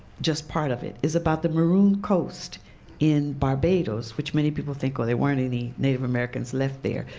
just part of it, is about the maroon coast in barbados, which many people think, oh, there weren't any native americans left there.